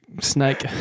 snake